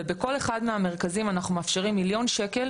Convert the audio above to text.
ובכל אחד מהמרכזים אנחנו מאפשרים מיליון שקל